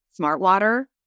Smartwater